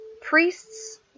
priests